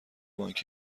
بانک